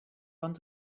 want